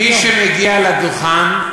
מי שמגיע לדוכן,